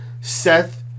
Seth